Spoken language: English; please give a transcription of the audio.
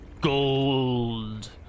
Gold